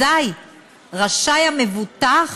אזי רשאי המבוטח